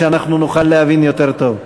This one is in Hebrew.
שנוכל להבין יותר טוב.